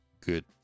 good